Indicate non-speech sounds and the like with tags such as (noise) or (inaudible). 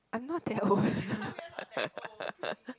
I'm not old (laughs)